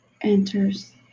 enters